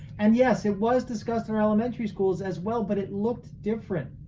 and yes, it was discussed in our elementary schools as well, but it looked different.